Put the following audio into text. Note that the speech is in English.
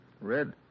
Red